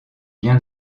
bien